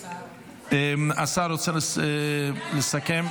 השר רוצה לסכם?